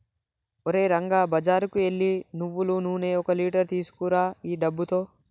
ఓరే రంగా బజారుకు ఎల్లి నువ్వులు నూనె ఒక లీటర్ తీసుకురా ఈ డబ్బుతో